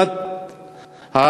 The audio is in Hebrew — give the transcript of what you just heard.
אני תכף